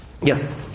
Yes